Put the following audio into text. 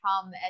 come